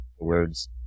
Words